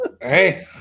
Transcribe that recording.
Hey